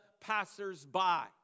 passers-by